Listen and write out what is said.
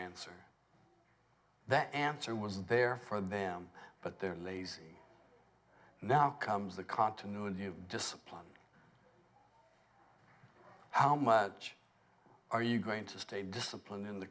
answer that answer was there for them but they're lazy now comes the continuity of discipline how much are you going to stay disciplined in